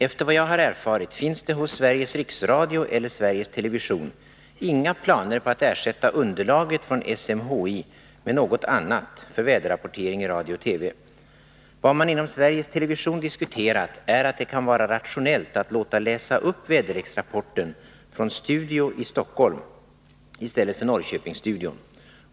Efter vad jag erfarit finns det hos Sveriges Riksradio eller Sveriges Television inga planer på att ersätta underlaget från SMHI med något annat för väderrapportering i radio och TV. Vad man inom Sveriges Television diskuterat är att det kan vara rationellt att låta läsa upp väderleksrapporten från studio i Stockholm i stället för Norrköpingsstudion.